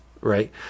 right